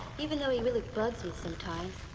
even though he really bugs me sometimes.